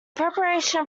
preparation